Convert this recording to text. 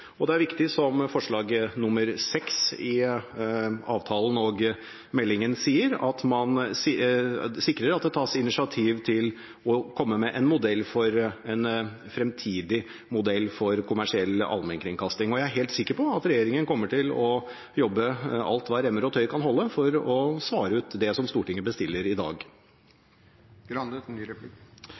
og det er viktig, som forslag til vedtak VI i avtalen og meldingen sier, at man sikrer at det tas initiativ til å komme med en modell for en fremtidig modell for kommersiell allmennkringkasting. Og jeg er helt sikker på at regjeringen kommer til å jobbe alt hva remmer og tøy kan holde for å kvittere ut det som Stortinget bestiller i dag.